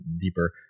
deeper